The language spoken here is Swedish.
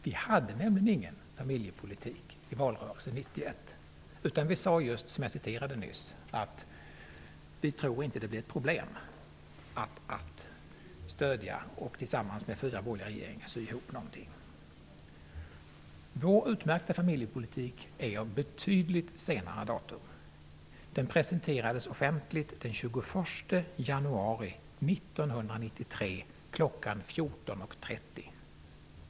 Vi hade nämligen ingen familjepolitik i valrörelsen 1991. Vi sade just, som jag citerade nyss, att vi inte trodde att det skulle bli ett problem att tillsammans med de fyra borgerliga partierna sy ihop någonting. Vår utmärkta familjepolitik är av betydligt senare datum. Den presenterades offentligt den 21 januari 1993 kl. 14.30.